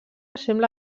sembla